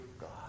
God